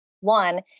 one